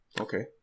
Okay